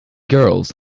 girls